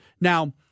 Now